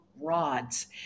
rods